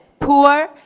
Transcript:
poor